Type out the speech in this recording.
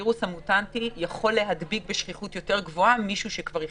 שהווירוס המוטנטי יכול להדביק בשכיחות יותר גבוהה מישהו שכבר החלים.